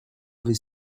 avait